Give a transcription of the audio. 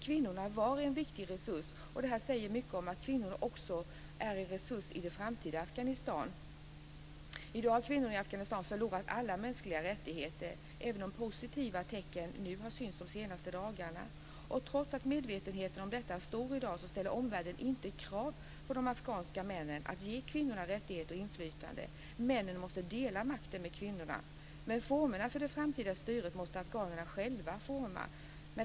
Kvinnorna var en viktig resurs, och det här säger mycket om att kvinnorna är en resurs också i det framtida Afhanistan. I dag har kvinnorna i Afghanistan förlorat alla mänskliga rättigheter, även om positiva tecken nu har synts under de senaste dagarna. Och trots att medvetenheten om detta är stor i dag ställer omvärlden inte krav på de afghanska männen att ge kvinnor rättigheter och inflytande. Männen måste dela makten med kvinnorna. Men formerna för det framtida styret måste afghanerna själva forma.